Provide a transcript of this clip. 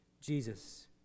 Jesus